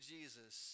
Jesus